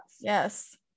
Yes